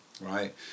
Right